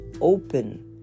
open